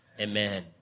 Amen